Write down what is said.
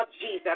Jesus